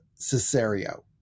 Cesario